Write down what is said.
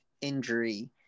injury